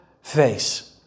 face